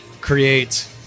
create